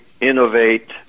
innovate